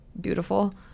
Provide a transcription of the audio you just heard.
beautiful